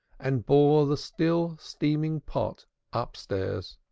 and bore the still-steaming pot upstairs.